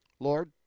Lord